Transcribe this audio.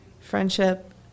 friendship